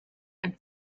ein